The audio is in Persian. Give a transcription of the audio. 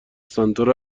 سنتور